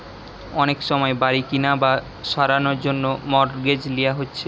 অনেক সময় বাড়ি কিনা বা সারানার জন্যে মর্টগেজ লিয়া হচ্ছে